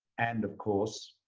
and, of course,